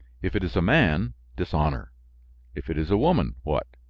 if it is a man, dishonor if it is a woman, what?